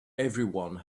everyone